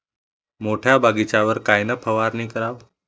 मोठ्या बगीचावर कायन फवारनी करावी?